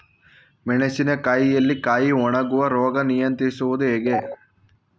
ಮೆಣಸಿನ ಕಾಯಿಯಲ್ಲಿ ಕಾಯಿ ಒಣಗುವ ರೋಗ ನಿಯಂತ್ರಿಸುವುದು ಹೇಗೆ?